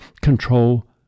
control